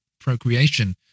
procreation